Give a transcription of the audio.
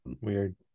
Weird